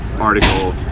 article